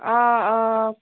অঁ অঁ